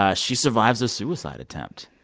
ah she survives a suicide attempt